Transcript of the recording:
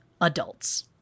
adults